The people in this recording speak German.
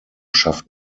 schafft